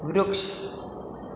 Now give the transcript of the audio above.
વૃક્ષ